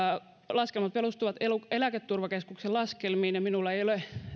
laskelmat perustuvat eläketurvakeskuksen laskelmiin ja ainakaan minulla ei ole